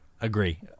Agree